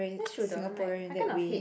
that shouldn't like I kind of hate